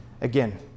Again